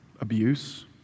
abuse